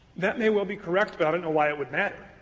that may well be correct, but i don't know why it would matter,